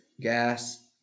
Gas